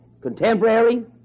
contemporary